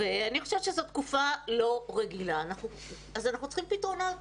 אני חושבת שזאת תקופה לא רגילה ולכן אנחנו צריכים פתרונות